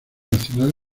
nacional